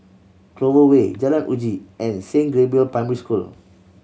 Clover Way Jalan Uji and Saint Gabriel's Primary School